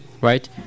right